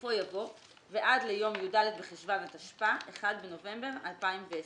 בסופו יבוא "ועד ליום י"ד בחשוון התשפ"א (1 בנובמבר 2020)."